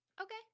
okay